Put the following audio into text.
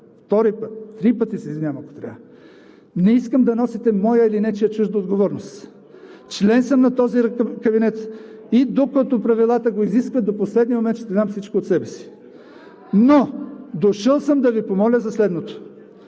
втори път, три пъти ще се извинявам, ако трябва. Не искам да носите моята или нечия чужда отговорност. Член съм на този кабинет и докато правилата го изискват, до последния момент ще дам всичко от себе си. Дошъл съм обаче да Ви помоля за следното.